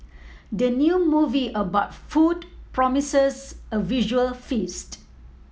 the new movie about food promises a visual feast